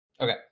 Okay